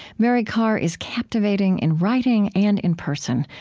mary karr is captivating, in writing and in person,